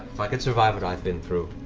if i could survive what i've been through,